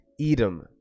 Edom